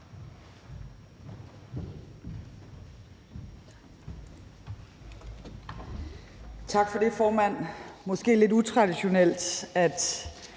Tak for det, formand. Det er måske lidt utraditionelt, at